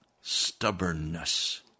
stubbornness